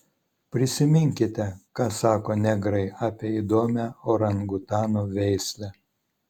prisiminkite ką sako negrai apie įdomią orangutanų veislę